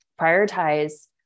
prioritize